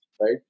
right